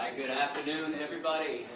good afternoon, everybody,